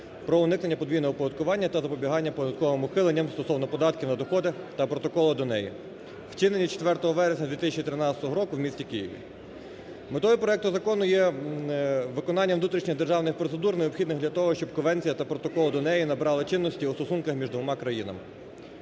про уникнення подвійного оподаткування та запобігання податковим ухиленням стосовно податків на доходи та Протоколу до неї, вчиненої 4 вересня 2013 року в місті Києві. Метою проекту закону є виконання внутрішніх державних процедур необхідних для того, щоб Конвенція та Протокол до неї набрали чинності у стосунках між двома країнами.